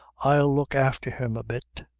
i'll look after him a bit.